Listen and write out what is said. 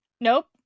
nope